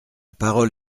parole